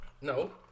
No